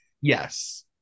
Yes